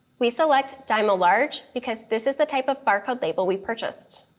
we select dymo large because this is the type of barcode label we purchased.